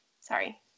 Sorry